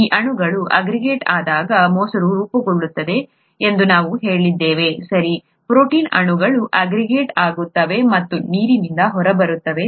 ಈ ಅಣುಗಳು ಆಗ್ರಿಗೆಟ್ ಆದಾಗ ಮೊಸರು ರೂಪುಗೊಳ್ಳುತ್ತದೆ ಎಂದು ನಾವು ಹೇಳಿದ್ದೇವೆ ಸರಿ ಪ್ರೋಟೀನ್ ಅಣುಗಳು ಅಗ್ರಿಗೆಟ್ ಆಗುತ್ತವೆ ಮತ್ತು ನೀರಿನಿಂದ ಹೊರಬರುತ್ತವೆ